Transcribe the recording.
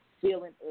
feeling